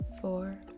four